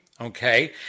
okay